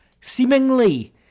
Seemingly